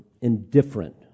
indifferent